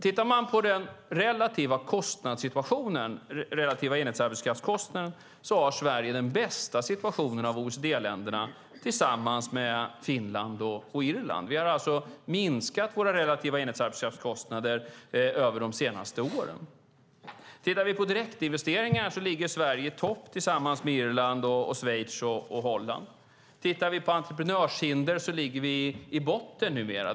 Tittar man på den relativa enhetsarbetskraftskostnaden ser man att Sverige tillsammans med Finland och Irland har den bästa situationen av OECD-länderna. Vi har alltså minskat våra relativa enhetsarbetskraftskostnader över de senaste åren. Tittar vi på direktinvesteringar ser vi att Sverige ligger i topp tillsammans med Irland, Schweiz och Holland. Tittar vi på entreprenörshinder ser vi att vi ligger i botten numera.